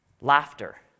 laughter